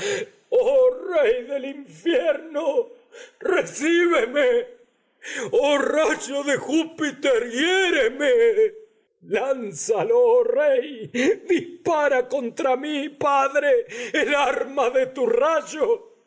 del infierno recíbeme oh rayo júpiter hiéreme lánzalo oh rey dispara contra mí padre el arma de tu rayo